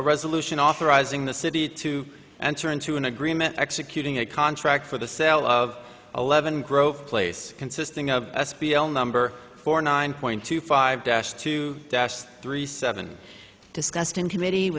a resolution authorizing the city to enter into an agreement executing a contract for the sale of eleven grove place consisting of s p l number four nine point two five dash two dash three seven discussed in committee